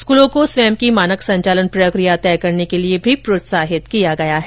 स्कूलों को स्वयं की मानक संचालन प्रक्रियाएं तय करने के लिए भी प्रोत्साहित किया गया है